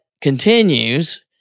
continues